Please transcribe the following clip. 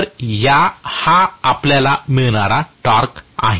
तर हा आपल्याला मिळणारा टॉर्क असणार आहे